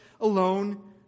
alone